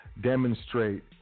demonstrate